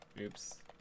oops